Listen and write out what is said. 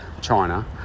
China